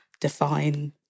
define